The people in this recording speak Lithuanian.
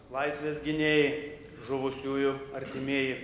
laisvės gynėjai žuvusiųjų artimieji